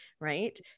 Right